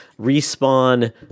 Respawn